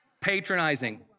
patronizing